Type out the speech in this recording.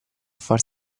far